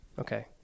okay